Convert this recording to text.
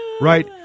Right